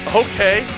okay